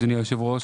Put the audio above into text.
אדוני היושב-ראש,